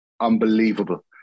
unbelievable